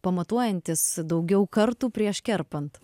pamatuojantis daugiau kartų prieš kerpant